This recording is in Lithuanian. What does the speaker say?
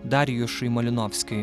darjušui malinovskiui